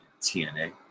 TNA